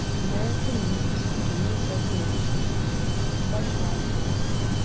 american notes for general circulation by charles dickens